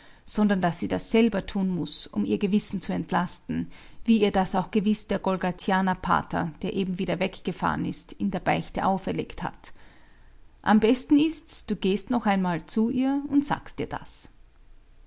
sondern daß sie selber das tun muß um ihr gewissen zu entlasten wie ihr das auch gewiß der golgathianer pater der eben wieder weggefahren ist in der beichte auferlegt hat am besten ist's du gehst noch einmal zu ihr und sagst ihr das